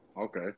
Okay